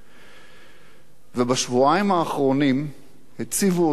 בשבועיים האחרונים הציבו אותי אצלו בתפקיד אחר,